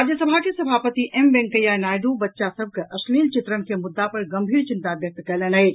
राज्यसभा के सभापति एम वैंकेया नायडू बच्चा सभ के अश्लील चित्रण के मुद्दा पर गम्भीर चिंता व्यक्त कयलनि अछि